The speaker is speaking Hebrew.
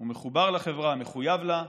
מחובר, לחברה ומחויב לה,